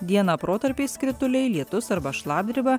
dieną protarpiais krituliai lietus arba šlapdriba